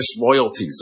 disloyalties